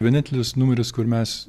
vienintelis numeris kur mes